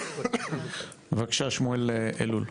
בבקשה, שמואל אלול.